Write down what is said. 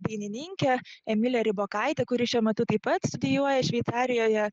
dainininkė emilė ribokaitė kuri šiuo metu taip pat studijuoja šveicarijoje